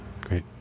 Great